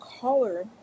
collar